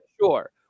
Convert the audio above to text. Sure